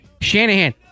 Shanahan